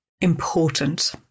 important